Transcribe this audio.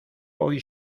hoy